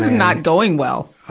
not going well!